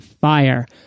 fire